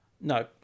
no